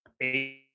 eight